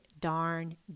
darn